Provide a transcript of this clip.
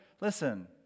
listen